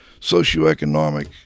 socioeconomic